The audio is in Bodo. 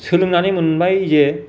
सोलोंनानै मोनबाय जे